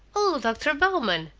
o dr. bowman,